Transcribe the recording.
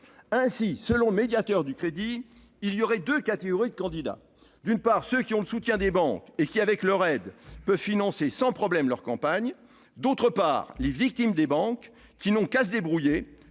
Ainsi, selon lui, i1 y aurait deux catégories de candidats : d'une part, ceux qui ont le soutien des banques et qui, avec leur aide, peuvent financer sans problème leur campagne ; d'autre part, les victimes des banques qui n'ont qu'à se débrouiller,